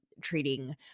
treating